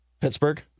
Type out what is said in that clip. Pittsburgh